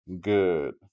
good